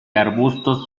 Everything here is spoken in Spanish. arbustos